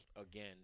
Again